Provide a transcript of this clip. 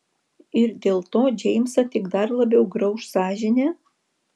ir dėl to džeimsą tik dar labiau grauš sąžinė